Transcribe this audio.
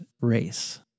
race